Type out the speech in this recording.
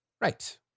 Right